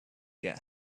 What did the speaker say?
get